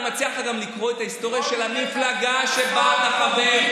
אני מציע לך גם לקרוא את ההיסטוריה של המפלגה שבה אתה חבר.